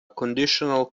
conditional